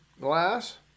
glass